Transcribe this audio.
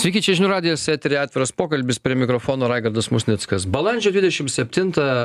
sveiki čia žinių radijas eteryje atviras pokalbis prie mikrofono raigardas musnickas balandžio dvidešimt septintą